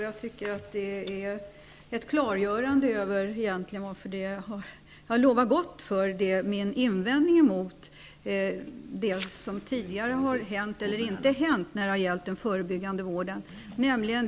Fru talman! Jag får tacka statsrådet för svaret. Jag tycker att det är ett klargörande beträffande den invändning som jag har gjort angående den förebyggande vården.